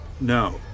no